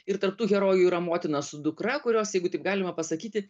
ir tarp tų herojų yra motina su dukra kurios jeigu taip galima pasakyti